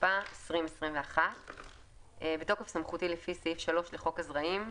התשפ"א 2021 בתוקף סמכותי לפי סעיף 3 לחוק הזרעים,